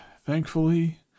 thankfully